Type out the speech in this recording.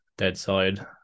Deadside